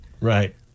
Right